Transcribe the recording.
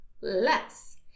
less